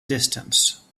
distance